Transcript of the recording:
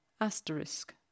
Asterisk